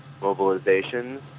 mobilizations